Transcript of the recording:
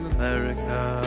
America